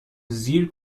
زیر